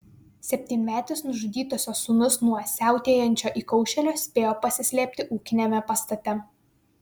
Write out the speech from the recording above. septynmetis nužudytosios sūnus nuo siautėjančio įkaušėlio spėjo pasislėpti ūkiniame pastate